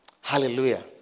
Hallelujah